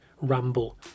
ramble